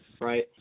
right